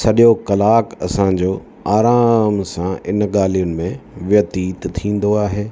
सॼो कलाकु असांजो आराम सां इन ॻाल्हियुनि में व्यतीत थींदो आहे